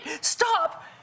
stop